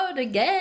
Again